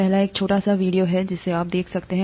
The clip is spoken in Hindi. पहला एक छोटा सा वीडियो है जिसे आप देख सकते हैं